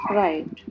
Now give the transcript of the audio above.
right